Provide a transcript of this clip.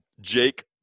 Jake